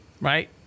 right